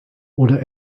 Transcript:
oder